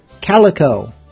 Calico